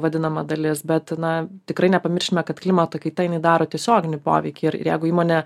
vadinama dalis bet na tikrai nepamirškime kad klimato kaita jinai daro tiesioginį poveikį ir ir jeigu įmonė